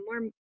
more